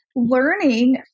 learning